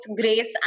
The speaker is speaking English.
grace